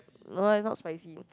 no lah not spicy